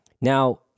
Now